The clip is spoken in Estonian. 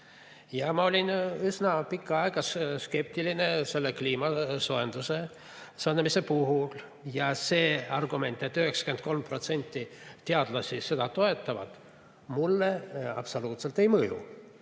Ma olin üsna pikka aega skeptiline selle kliimasoojenemise suhtes. Ja see argument, et 93% teadlasi seda toetavad, mulle absoluutselt ei mõju.